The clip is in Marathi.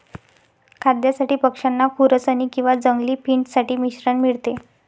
खाद्यासाठी पक्षांना खुरसनी किंवा जंगली फिंच साठी मिश्रण मिळते